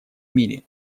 мире